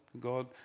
god